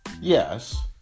yes